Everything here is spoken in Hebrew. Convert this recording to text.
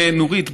נורית,